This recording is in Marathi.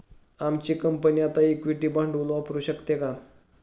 आमची कंपनी आता इक्विटी भांडवल वापरू शकते का?